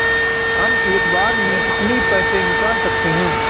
हम एक बार में कितनी पैसे निकाल सकते हैं?